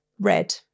red